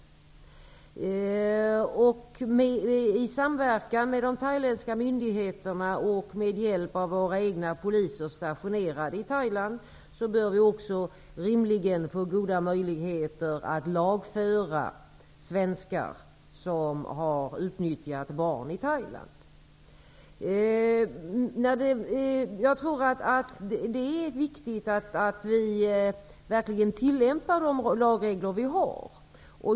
I samverkan med de thailändska myndigheterna och med hjälp av våra egna poliser stationerade i Thailand bör vi också rimligen få goda möjligheter att lagföra svenskar som har utnyttjat barn i Thailand. Det är viktigt att vi verkligen tillämpar de lagregler vi har.